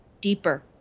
deeper